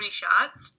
shots